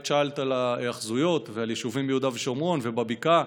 את שאלת על ההיאחזויות ועל היישובים ביהודה ושומרון ובבקעה,